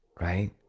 Right